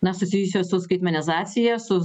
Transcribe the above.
na susijusios su skaitmenizacija su